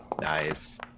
Nice